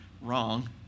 wrong